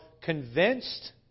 convinced